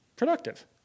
productive